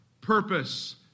purpose